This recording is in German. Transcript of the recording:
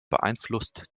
beeinflusst